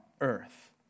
earth